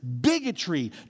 bigotry